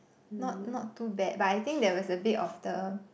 not not too bad but I think there was a bit of the